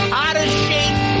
out-of-shape